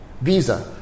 Visa